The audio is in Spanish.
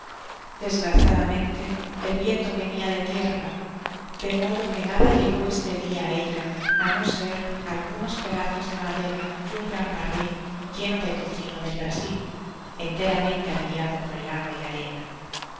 desgraciadamente el viento venia de tierra de modo que nada llegó este dia á ella á no ser algunos pe dazos de madera y un gran barril lleno de tocino del brasil enteramente averiado por el agua y la arena